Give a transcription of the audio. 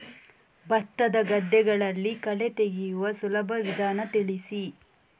ಭತ್ತದ ಗದ್ದೆಗಳಲ್ಲಿ ಕಳೆ ತೆಗೆಯುವ ಸುಲಭ ವಿಧಾನ ತಿಳಿಸಿ?